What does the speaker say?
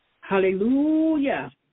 Hallelujah